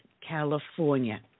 California